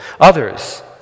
Others